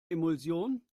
emulsion